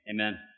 Amen